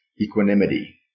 equanimity